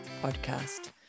podcast